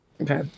Okay